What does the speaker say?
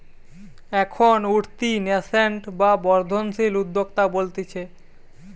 এখন উঠতি ন্যাসেন্ট বা বর্ধনশীল উদ্যোক্তা বলতিছে